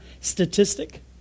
statistic